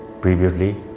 previously